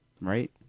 Right